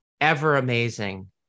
ever-amazing